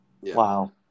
Wow